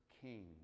king